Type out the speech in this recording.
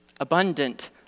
Abundant